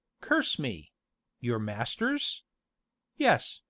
curse me your master's yes,